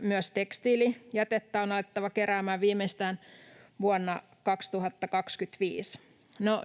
myös tekstiilijätettä on alettava keräämään viimeistään vuonna 2025.